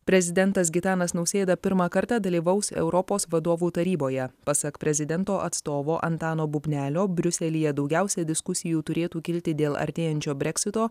prezidentas gitanas nausėda pirmą kartą dalyvaus europos vadovų taryboje pasak prezidento atstovo antano bubnelio briuselyje daugiausia diskusijų turėtų kilti dėl artėjančio breksito